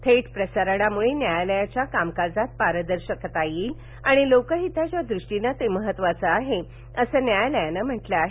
थेट प्रसारणामुळं न्यायालयाच्या कामकाजात पारदर्शकता येईल आणि लोकहिताच्या दृष्टीनं ते महत्त्वाचं आहे असं न्यायालयानं म्हटलं आहे